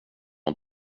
har